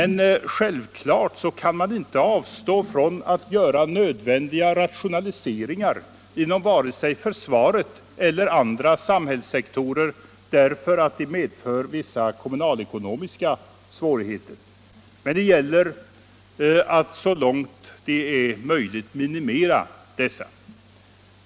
Naturligtvis kan man inte avstå från att göra nödvändiga rationaliseringar inom vare sig försvaret eller andra samhällssektorer därför att de medför vissa kommunalekonomiska svårigheter. Men det gäller att så långt det är möjligt minimera dessa.